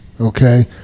Okay